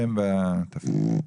שם ותפקיד.